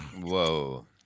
whoa